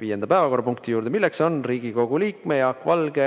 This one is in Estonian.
viienda päevakorrapunkti juurde, milleks on Riigikogu liikme Jaak Valge